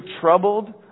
troubled